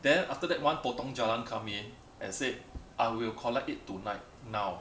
then after that one potong jalan come in and say I will collect it tonight now